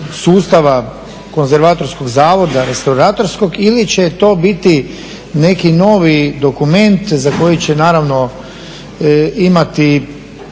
sustava konzervatorskog zavoda, restauratorskog ili će to biti neki novi dokument za koji će naravno imati